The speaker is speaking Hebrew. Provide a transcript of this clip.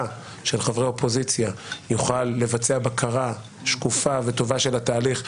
של חברי אופוזיציה יוכל לבצע בקרה שקופה וטובה של התהליך.